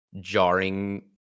jarring